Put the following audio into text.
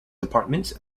departments